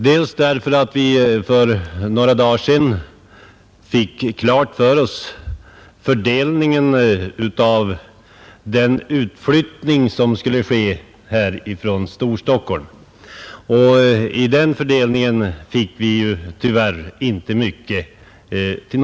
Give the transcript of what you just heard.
Det ena är att för några dagar sedan lämnades besked om fördelningen av de institutioner som kommer att flyttas från Storstockholm; vid den fördelningen fick ju Norrbotten tyvärr inte mycket med.